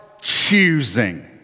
choosing